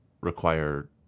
require